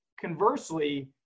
conversely